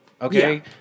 Okay